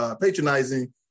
patronizing